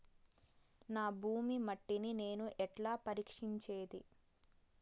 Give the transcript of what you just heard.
నా భూమి మట్టిని నేను ఎట్లా పరీక్షించేది?